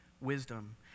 wisdom